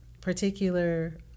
particular